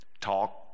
Talk